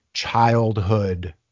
childhood